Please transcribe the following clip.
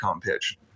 pitch